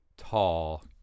Tall